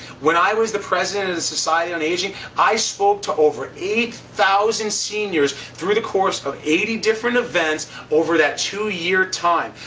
when i was the president of the society on aging, i spoke to over eight thousand seniors through the course of eighty different events over that two year time.